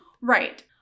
Right